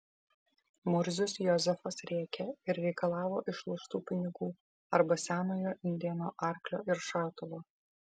murzius jozefas rėkė ir reikalavo išloštų pinigų arba senojo indėno arklio ir šautuvo